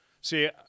See